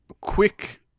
quick